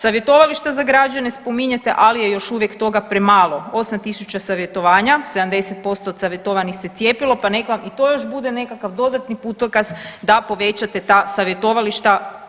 Savjetovališta za građane spominjete, ali je još uvijek toga premalo 8000 savjetovanja, 70% od savjetovanih se cijepilo, pa nek vam još i to bude nekakav dodatni putokaz da povećate ta savjetovališta.